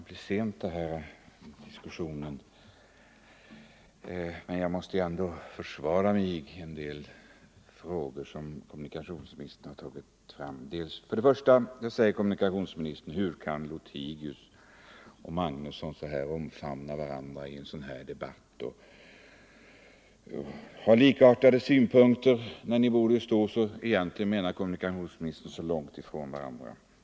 Fru talman! Det är sent på kvällen, men jag måste ändå försvara mig i en del frågor som kommunikationsministern har tagit upp. Hur kan herr Lothigius och herr Magnusson i Kristinehamn omfamna varandra i en sådan här debatt och ha likartade synpunkter när ni båda står så långt ifrån varandra, frågar kommunikationsministern.